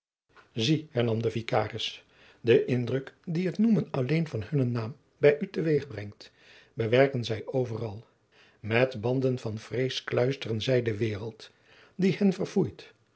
zie hernam de vicaris den indruk dien het noemen alleen van hunnen naam bij u te weeg brengt bewerken zij overal met banden van vrees kluisteren zij de waereld die hen verfoeit